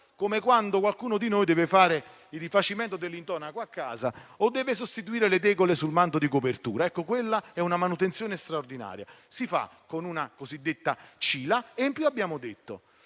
come quando qualcuno di noi deve fare il rifacimento dell'intonaco a casa o deve sostituire le tegole sul manto di copertura. Quella è una manutenzione straordinaria che si fa con la cosiddetta CILA. In più abbiamo